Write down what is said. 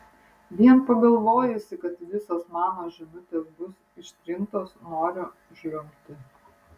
vien pagalvojusi kad visos mano žinutės bus ištrintos noriu žliumbti